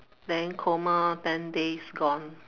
then coma ten days gone